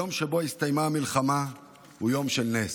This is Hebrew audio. היום שבו הסתיימה המלחמה, הוא יום של נס,